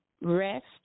rest